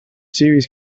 series